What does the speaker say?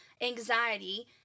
anxiety